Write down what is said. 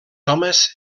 homes